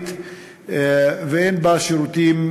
ערבית ואין בה שירותים